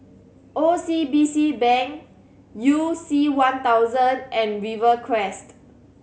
O C B C Bank You C One thousand and Rivercrest